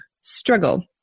struggle